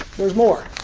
there's more.